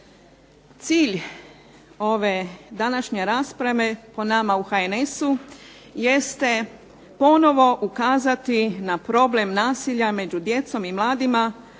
Cilj ove današnje rasprave po nama u HNS-u jeste ponovo ukazati na problem nasilja među djecom i mladima